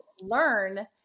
learn